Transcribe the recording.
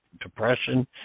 depression